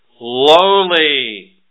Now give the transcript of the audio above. Lowly